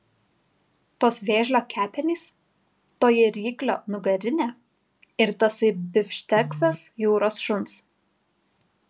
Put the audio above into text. tos vėžlio kepenys toji ryklio nugarinė ir tasai bifšteksas jūros šuns